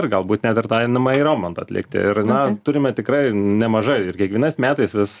ir galbūt net ir tą einamąjį remontą atlikti ir na turime tikrai nemažai ir kiekvienais metais vis